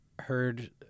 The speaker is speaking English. heard